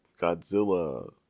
Godzilla